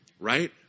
Right